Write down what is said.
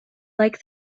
like